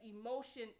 emotion